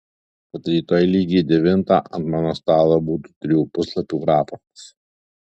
kad rytoj lygiai devintą ant mano stalo būtų trijų puslapių raportas